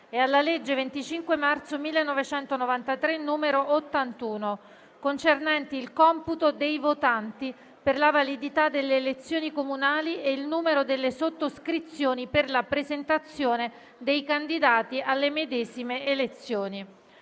e alla legge 25 marzo 1993, n. 81, concernenti il computo dei votanti per la validità delle elezioni comunali e il numero delle sottoscrizioni per la presentazione dei candidati alle medesime elezioni»;